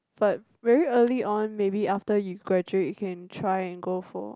but very early on maybe after you graduate you can try and go for